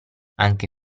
anche